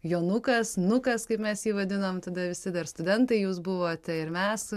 jonukas nukas kaip mes jį vadinom tada visi dar studentai jūs buvote ir mes